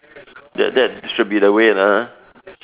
that that should be the way lah ha